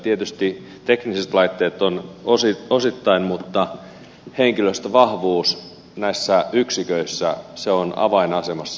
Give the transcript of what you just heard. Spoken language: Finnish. tietysti tekniset laitteet vastaavat tästä osittain mutta henkilöstövahvuus näissä yksiköissä on avainasemassa